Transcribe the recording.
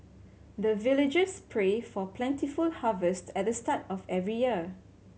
the villagers pray for plentiful harvest at the start of every year